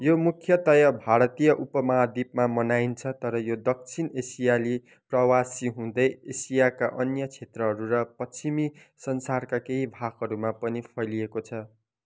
यो मुख्यतया भारतीय उपमहाद्वीपमा मनाइन्छ तर यो दक्षिण एसियाली प्रवासी हुँदै एसियाका अन्य क्षेत्रहरू र पश्चिमी संसारका केही भागहरूमा पनि फैलिएको छ